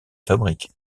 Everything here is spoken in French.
fabriques